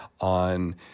on